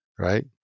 right